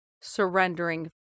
surrendering